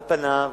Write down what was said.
על פניו,